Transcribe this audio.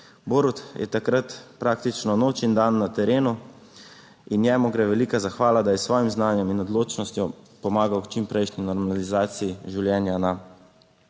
Borut je takrat praktično noč in dan na terenu, in njemu gre velika zahvala, da je s svojim znanjem in odločnostjo pomagal k čimprejšnji normalizaciji življenja na